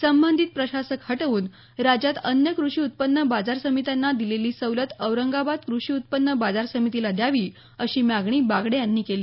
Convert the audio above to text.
संबंधित प्रशासक हटवून राज्यात अन्य कृषी उत्पन्न बाजार समित्यांना दिलेली सवलत औरंगाबाद कृषी उत्पन्न बाजार समितीला द्यावी अशी मागणी बागडे यांनी केली